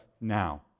now